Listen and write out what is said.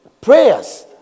prayers